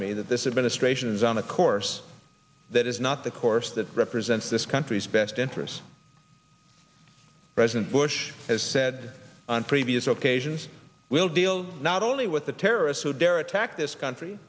me that this administration is on a course that is not the course that represents this country's best interests president bush has said on previous occasions we'll deal not only with the terrorists who dare attack this country